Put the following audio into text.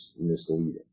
misleading